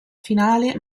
finale